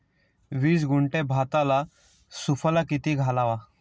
वीस गुंठे भाताला सुफला किती घालावा?